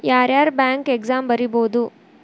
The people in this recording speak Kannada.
ಯಾರ್ಯಾರ್ ಬ್ಯಾಂಕ್ ಎಕ್ಸಾಮ್ ಬರಿಬೋದು